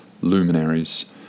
luminaries